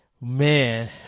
Man